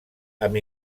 amb